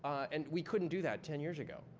and we couldn't do that ten years ago,